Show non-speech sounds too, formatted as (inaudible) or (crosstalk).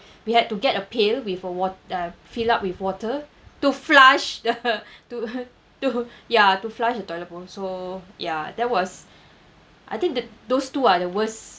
we had to get a pale with a wat~ uh fill up with water to flush the (laughs) to (laughs) to ya to flush the toilet bowl so ya that was I think th~ those two are the worst